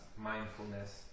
mindfulness